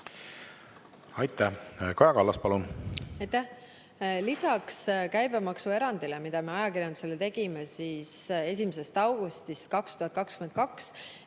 Aitäh! Kaja Kallas, palun!